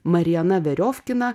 mariana veriovkina